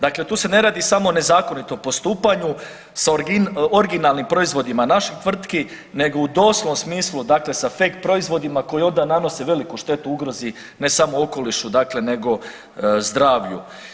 Dakle, tu se ne radi samo o nezakonitom postupanju s originalnim proizvodima naših tvrtki nego u doslovnom smislu dakle sa fake proizvodima koji onda nanose veliku štetu ugrozi ne samo u okolišu, dakle nego zdravlju.